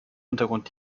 hintergrund